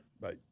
Bye